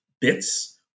bits